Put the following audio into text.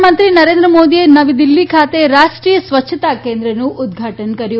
પ્રધાનમંત્રી નરેન્દ્ર મોદીએ નવી દિલ્હી ખાતે રાષ્ટ્રી ાય સ્વચ્છતા કેન્ નું ઉદ્દઘાટન કર્યું